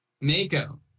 Mako